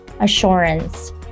assurance